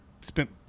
spent